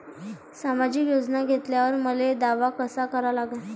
सामाजिक योजना घेतल्यावर मले दावा कसा करा लागन?